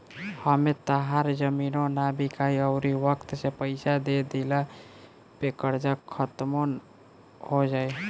एमें तहार जमीनो ना बिकाइ अउरी वक्त से पइसा दे दिला पे कर्जा खात्मो हो जाई